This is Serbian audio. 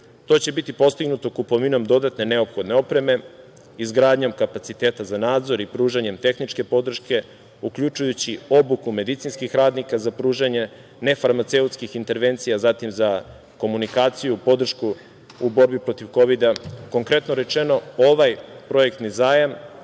To će biti postignuto kupovinom dodatne neophodne opreme, izgradnjom kapaciteta za nadzor i pružanje tehničke podrške uključujući i obuku medicinskih radnika za pružanje nefarmaceutskih intervencija, zatim za komunikaciju, podršku u borbi protiv kovida. Konkretno rečeno, ovaj projektni zajam